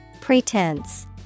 Pretense